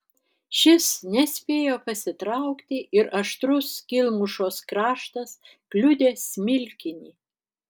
šis nespėjo pasitraukti ir aštrus skylmušos kraštas kliudė smilkinį